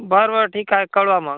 बरं बरं ठीक आहे कळवा मग